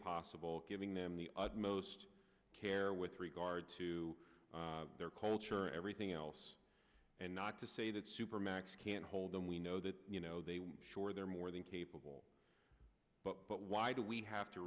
possible giving them the utmost care with regard to their culture and everything else and not to say that supermax can't hold them we know that you know they sure they're more they capable but why do we have to